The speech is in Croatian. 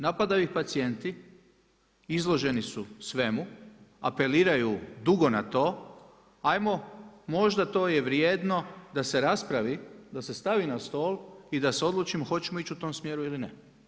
Napadaju ih pacijenti, izloženi su svemu, apeliraju dugo na to, ajmo možda to je vrijedno da se raspravi, da se stavi na stol i da se odlučimo hoćemo li ići u tom smjeru ili ne.